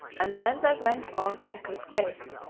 and then they went on at a quick pace,